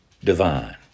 divine